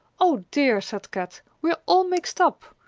oh dear, said kat, we are all mixed up!